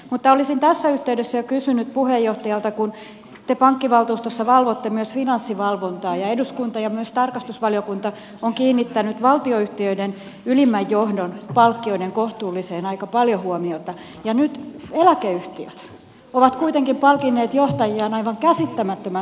mutta olisin tässä yhteydessä jo kysynyt puheenjohtajalta kun te pankkivaltuustossa valvotte myös finanssivalvontaa ja eduskunta ja myös tarkastusvaliokunta on kiinnittänyt valtionyhtiöiden ylimmän johdon palkkioiden kohtuullisuuteen aika paljon huomiota ja nyt eläkeyhtiöt ovat kuitenkin palkinneet johtajiaan aivan käsittämättömän suurilla palkkioilla